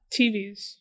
TVs